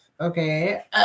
okay